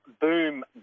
boom